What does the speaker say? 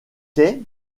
quai